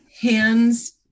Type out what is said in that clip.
Hands